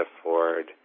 afford